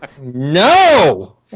No